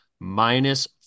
minus